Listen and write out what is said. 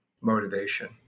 motivation